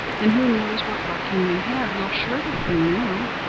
and who knows what luck you may have? you'll surely win now.